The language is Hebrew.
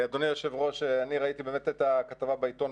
אדוני היושב-ראש, אני ראיתי באמת את הכתבה בעיתון.